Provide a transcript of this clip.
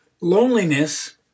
Loneliness